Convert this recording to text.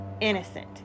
innocent